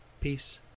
Peace